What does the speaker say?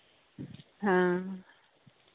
ᱦᱮᱸ